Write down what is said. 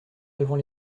devant